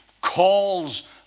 calls